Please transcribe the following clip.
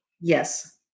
Yes